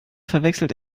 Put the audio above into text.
verwechselt